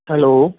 hello